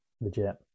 Legit